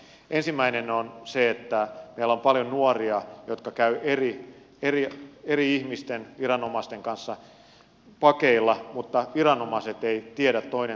ensimmäinen on se että meillä on paljon nuoria jotka käyvät eri ihmisten viranomaisten pakeilla mutta viranomaiset eivät tiedä toinen toisistaan mitään